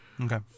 Okay